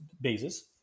bases